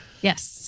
Yes